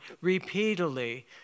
repeatedly